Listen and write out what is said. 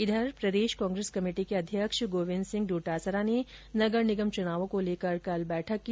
इस बीच प्रदेश कांग्रेस कमेटी के अध्यक्ष गोविन्द सिंह डोटासरा ने नगर निगम चुनावों को लेकर बैठक की